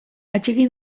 atsegin